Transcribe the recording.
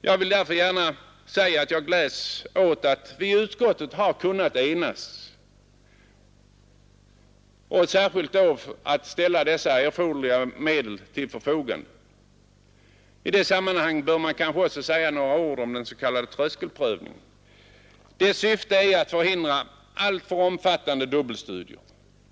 Jag vill därför gärna säga att jag gläds åt att vi i utskottet har kunnat enas, särskilt då åt att vi kunnat ställa dessa erforderliga medel till förfogande. I detta sammanhang bör man kanske säga några ord om den s.k. tröskelprövningen. Dess syfte är att förhindra alltför omfattande dubbelstudier.